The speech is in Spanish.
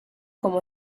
como